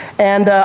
and